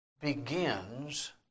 begins